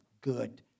good